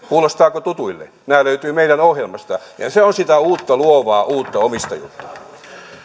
kuulostaako tutulta nämä löytyvät meidän ohjelmastamme ja ja se on sitä uutta luovaa uutta omistajuutta